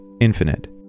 infinite